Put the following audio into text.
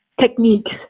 techniques